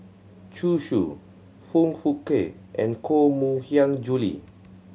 Zhu Xu Foong Fook Kay and Koh Mui Hiang Julie